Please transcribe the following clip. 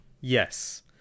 Yes